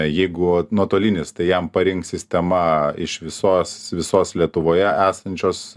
jeigu nuotolinis tai jam parinks sistema iš visos visos lietuvoje esančios